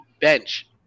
bench